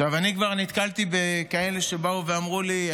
אני כבר נתקלתי בכאלה שבאו ואמרו לי: